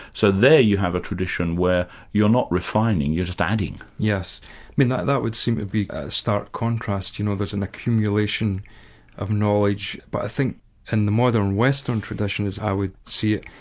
so there you have a tradition where you're not refining, you're just adding. yes, i mean that that would seem to be a stark contrast, you know, there's an accumulation of knowledge. but i think in the modern western tradition as i would see it,